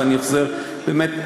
ואני חוזר: באמת,